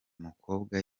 mukobwa